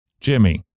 jimmy